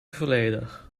volledig